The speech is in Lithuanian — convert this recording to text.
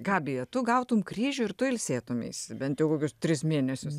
gabija tu gautum kryžių ir tu ilsėtumeisi bent jau kokius tris mėnesius